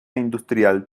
industrial